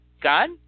God